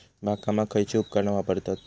बागकामाक खयची उपकरणा वापरतत?